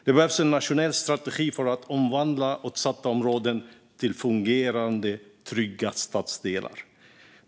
Det behövs en nationell strategi för att omvandla utsatta områden till fungerande, trygga stadsdelar.